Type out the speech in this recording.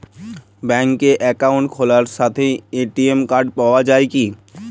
ব্যাঙ্কে অ্যাকাউন্ট খোলার সাথেই এ.টি.এম কার্ড পাওয়া যায় কি?